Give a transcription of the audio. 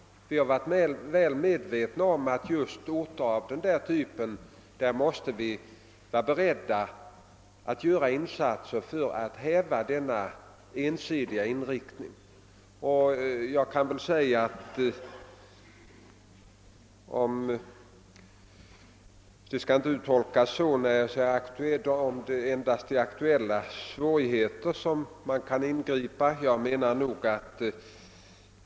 Vi har från statsmakternas sida varit väl medvetna om att beträffande just orter av den typen måste vi vara beredda att göra insatser för att få ett slut på den ensidiga inriktningen av näringslivet. Detta uttalande skall emellertid inte tolkas så, att man endast skall kunna ingripa vid aktuella svårig heter.